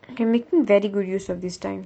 okay making very good use of this time